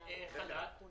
חבר הכנסת קרעי, בבקשה.